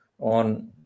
on